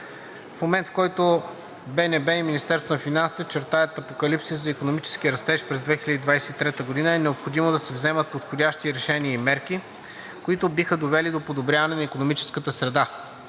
В момент, в който БНБ и Министерството на финансите чертаят апокалипсис за икономическия растеж през 2023 г., е необходимо да се вземат подходящи решения и мерки, които биха довели до подобряване на икономическата среда.